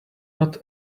not